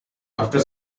after